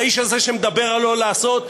האיש הזה, שמדבר על לא לעשות.